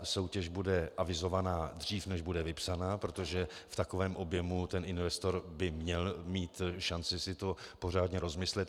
Soutěž bude avizovaná dřív, než bude vypsaná, protože v takovém objemu by investor měl mít šanci si to pořádně rozmyslet.